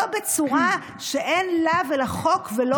לא בצורה שאין בינה ובין החוק ולא כלום.